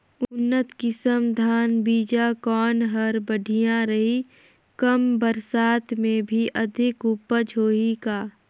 उन्नत किसम धान बीजा कौन हर बढ़िया रही? कम बरसात मे भी अधिक उपज होही का?